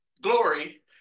glory